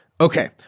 Okay